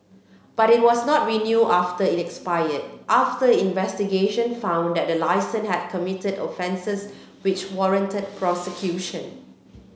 but it was not renew after it expired after investigation found that the had committed offences which warranted prosecution